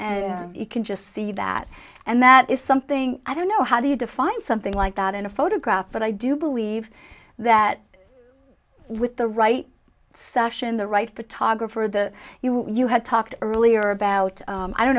and you can just see that and that is something i don't know how do you define something like that in a photograph but i do believe that with the right session the right to toggle for the you you had talked earlier about i don't